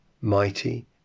mighty